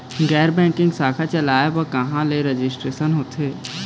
गैर बैंकिंग शाखा चलाए बर कहां ले रजिस्ट्रेशन होथे?